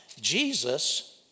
Jesus